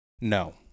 No